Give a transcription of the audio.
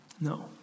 No